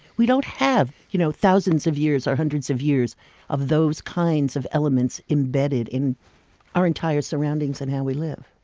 we don't have you know thousands of years or hundreds of years of those kinds of elements embedded in our entire surroundings and how we live